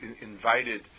invited